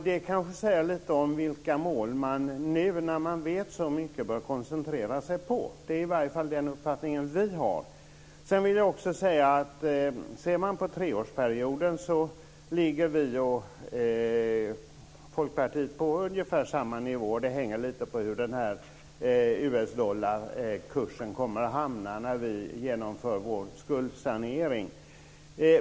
Det kanske säger lite om vilka mål som man nu när man vet så mycket bör koncentrera sig på. Det är i varje fall den uppfattning som vi har. Sedan vill jag också säga att man, om man ser på treårsperioden, finner att vi och Folkpartiet ligger på ungefär samma nivåer. Det hänger lite på var US dollarkusen kommer att hamna när vi genomför vår skuldsanering.